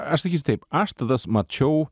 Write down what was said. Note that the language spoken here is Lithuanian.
aš taip aš tada s mačiau